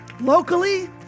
Locally